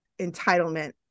entitlement